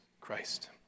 Christ